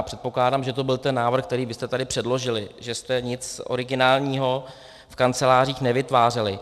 Předpokládám, že to byl ten návrh, který vy jste tady předložili, že jste nic originálního v kancelářích nevytvářeli.